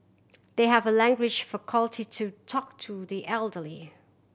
they have a language faculty to talk to the elderly